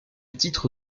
titre